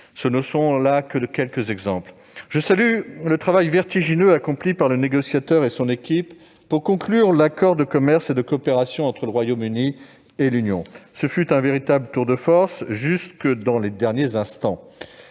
ce ne sont là que quelques exemples. Je salue le travail vertigineux accompli par le négociateur et son équipe pour conclure l'accord de commerce et de coopération entre le Royaume-Uni et l'Union européenne : ce fut un véritable tour de force jusque dans les derniers instants.